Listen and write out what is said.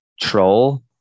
troll